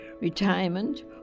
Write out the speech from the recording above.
retirement